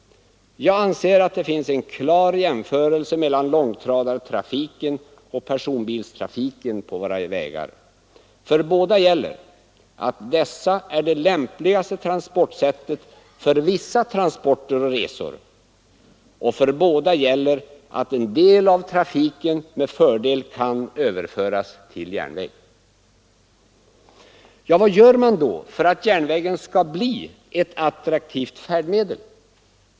Jag anser att det finns en klar jämförelse mellan långtradartrafiken och personbilstrafiken på våra vägar. För båda gäller att de är det lämpligaste transportsättet för vissa transporter och resor, och för båda gäller att en del av trafiken med fördel kan överföras till järnväg. Vad gör man då för att järnvägen skall bli ett attraktivt färdmedel?